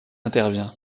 intervient